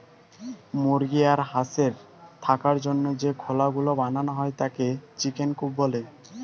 মুরগি আর হাঁসের থাকার জন্য যে খোলা গুলো বানানো হয় তাকে চিকেন কূপ বলে